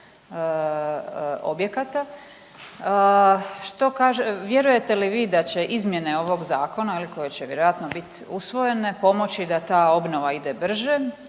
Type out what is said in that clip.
objekata. Vjerujete li vi da će izmjene ovog zakona koje će vjerojatno bit usvojene pomoći da ta obnova ide brže